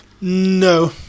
No